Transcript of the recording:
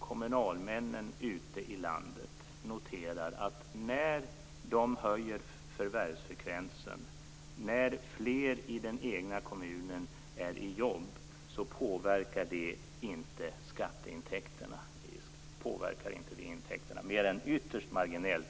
Kommunalmännen ute i landet noterar att när de höjer förvärvsfrekvensen, när fler i den egna kommunen har jobb, påverkas skatteintäkterna inte mer än ytterst marginellt.